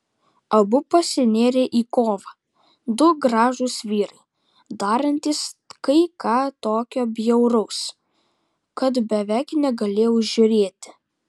abu pasinėrė į kovą du gražūs vyrai darantys kai ką tokio bjauraus kad beveik negalėjau žiūrėti